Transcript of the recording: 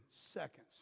seconds